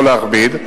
לא להכביד.